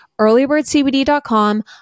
Earlybirdcbd.com